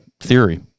theory